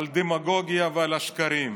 על הדמגוגיה ועל השקרים.